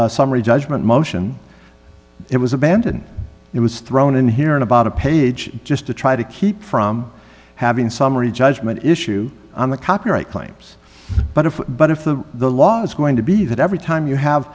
summary judgment motion it was abandoned it was thrown in here in about a page just to try to keep from having summary judgment issue on the copyright claims but if but if the law is going to be that every time you have